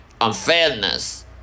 unfairness